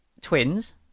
twins